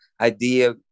idea